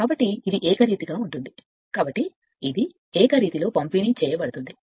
కాబట్టి ఇది ఏకరీతిగా ఉంటుంది కాబట్టి ఇది ఏకరీతిలో పంపిణీ చేయబడుతుంది